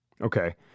Okay